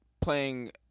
playing –